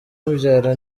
umubyara